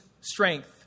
strength